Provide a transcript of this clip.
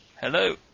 Hello